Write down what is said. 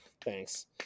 Thanks